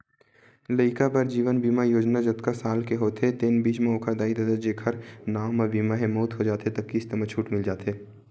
लइका बर जीवन बीमा योजना जतका साल के होथे तेन बीच म ओखर दाई ददा जेखर नांव म बीमा हे, मउत हो जाथे त किस्त म छूट मिल जाथे